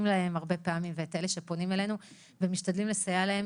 להם פעמים רבות ואת אלה שפונים אלינו ומשתדלים לסייע להם,